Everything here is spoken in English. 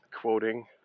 quoting